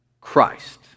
Christ